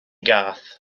gath